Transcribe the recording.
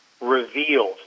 revealed